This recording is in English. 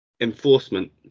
Enforcement